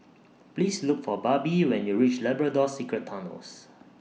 Please Look For Barbie when YOU REACH Labrador Secret Tunnels